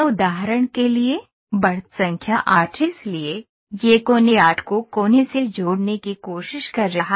उदाहरण के लिए बढ़त संख्या 8 इसलिए यह कोने 8 को कोने से जोड़ने की कोशिश कर रहा है